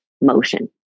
motion